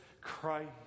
Christ